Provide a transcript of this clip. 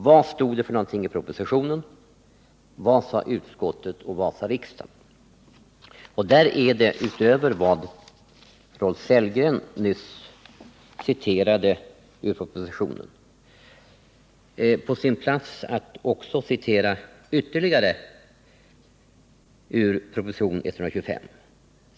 Vad stod det för någonting i propositionen, och vad sade utskottet och riksdagen? Förutom vad Rolf Sellgren nyss citerade ur propositionen 125 är det på sin plats att citera litet mer.